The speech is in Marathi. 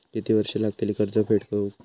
किती वर्षे लागतली कर्ज फेड होऊक?